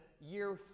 year